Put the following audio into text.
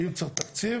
אם צריך תקציב,